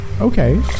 Okay